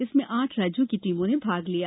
इसमें आठ राज्यों की टीमों ने भाग लिया